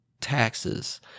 taxes